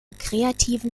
kreativen